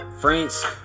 France